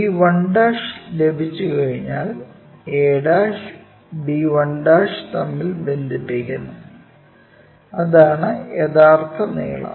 b1 ലഭിച്ചുകഴിഞ്ഞാൽ a b1 തമ്മിൽ ബന്ധിപ്പിക്കുന്നു അതാണ് യഥാർത്ഥ നീളം